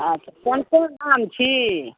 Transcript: अच्छा कोन कोन आम छी